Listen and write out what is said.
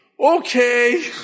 Okay